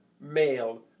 male